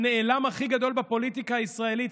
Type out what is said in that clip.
הנעלם הכי גדול בפוליטיקה הישראלית,